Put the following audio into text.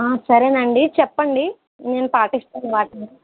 సరేనండి చెప్పండి నేను పాటిస్తాను వాటిని